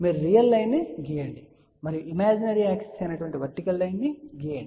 మీరు real line ను గీయండి మరియు ఇమేజినరీ యాక్సిస్ అయిన వర్టికల్ లైన్ ను గీయండి